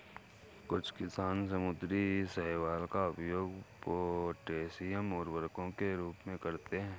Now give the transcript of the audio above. कुछ किसान समुद्री शैवाल का उपयोग पोटेशियम उर्वरकों के रूप में करते हैं